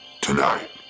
Tonight